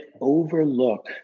overlook